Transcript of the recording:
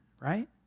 right